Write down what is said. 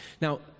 Now